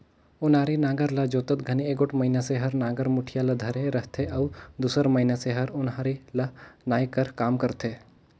ओनारी नांगर ल जोतत घनी एगोट मइनसे हर नागर मुठिया ल धरे रहथे अउ दूसर मइनसे हर ओन्हारी ल नाए कर काम करथे